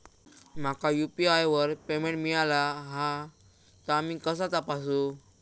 माका यू.पी.आय वर पेमेंट मिळाला हा ता मी कसा तपासू?